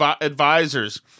advisors